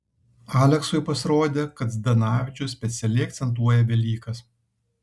aleksui pasirodė kad zdanavičius specialiai akcentuoja velykas